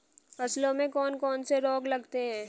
फसलों में कौन कौन से रोग लगते हैं?